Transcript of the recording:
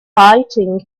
fighting